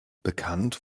bekannt